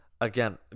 Again